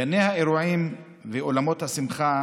גני האירועים ואולמות השמחה